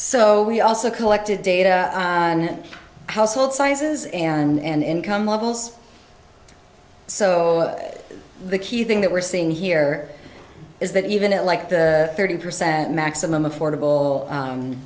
so we also collected data and household sizes and income levels so the key thing that we're seeing here is that even at like the thirty percent maximum affordable